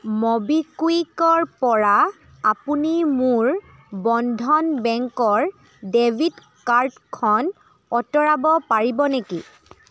ম'বিকুইকৰ পৰা আপুনি মোৰ বন্ধন বেংকৰ ডেবিট কাৰ্ডখন আঁতৰাব পাৰিব নেকি